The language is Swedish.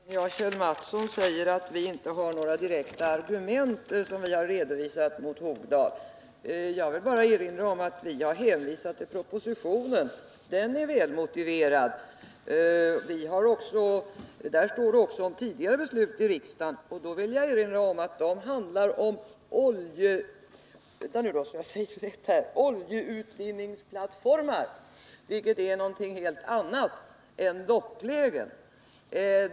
Fru talman! Kjell Mattsson säger att vi inte har redovisat några direkta argument mot Hogdal. Jag vill bara erinra om att vi har hänvisat till propositionen, och den är välmotiverad. Där står det också om tidigare beslut i riksdagen, och då handlar det om oljeutvinningsplattformar, vilket är någonting helt annat än docklägen.